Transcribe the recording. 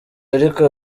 ariko